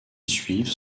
suivent